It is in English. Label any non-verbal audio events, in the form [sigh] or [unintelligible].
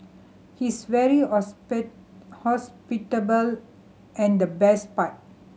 he's very [unintelligible] hospitable and the best part